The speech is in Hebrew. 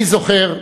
אני זוכר,